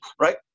Right